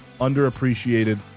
underappreciated